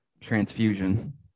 transfusion